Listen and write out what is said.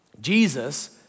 Jesus